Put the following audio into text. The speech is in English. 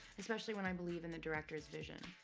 especially when i believe in the director's vision.